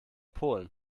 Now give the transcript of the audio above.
polen